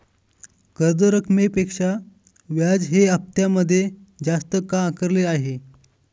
कर्ज रकमेपेक्षा व्याज हे हप्त्यामध्ये जास्त का आकारले आहे?